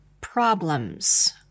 problems